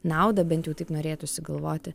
naudą bent jau taip norėtųsi galvoti